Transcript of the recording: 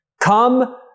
Come